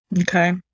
Okay